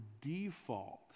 default